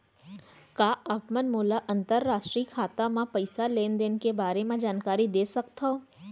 का आप मन मोला अंतरराष्ट्रीय खाता म पइसा लेन देन के बारे म जानकारी दे सकथव?